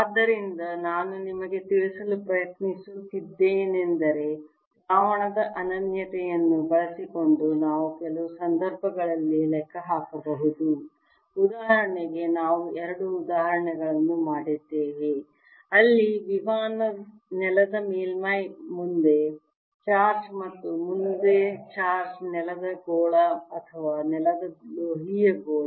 ಆದ್ದರಿಂದ ನಾನು ನಿಮಗೆ ತಿಳಿಸಲು ಪ್ರಯತ್ನಿಸಿದ್ದೇನೆಂದರೆ ದ್ರಾವಣದ ಅನನ್ಯತೆಯನ್ನು ಬಳಸಿಕೊಂಡು ನಾವು ಕೆಲವು ಸಂದರ್ಭಗಳಲ್ಲಿ ಲೆಕ್ಕ ಹಾಕಬಹುದು ಉದಾಹರಣೆಗೆ ನಾವು ಎರಡು ಉದಾಹರಣೆಗಳನ್ನು ಮಾಡಿದ್ದೇವೆ ಅಲ್ಲಿ ವಿಮಾನ ನೆಲದ ಮೇಲ್ಮೈ ಮುಂದೆ ಚಾರ್ಜ್ ಮತ್ತು ಮುಂದೆ ಚಾರ್ಜ್ ನೆಲದ ಗೋಳ ಅಥವಾ ನೆಲದ ಲೋಹೀಯ ಗೋಳ